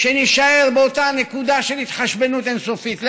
שנישאר באותה נקודה של התחשבנות אין-סופית.